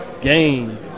game